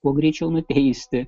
kuo greičiau nuteisti